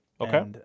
Okay